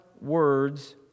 words